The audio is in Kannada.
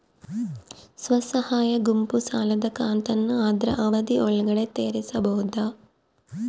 ಸ್ವಸಹಾಯ ಗುಂಪು ಸಾಲದ ಕಂತನ್ನ ಆದ್ರ ಅವಧಿ ಒಳ್ಗಡೆ ತೇರಿಸಬೋದ?